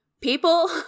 People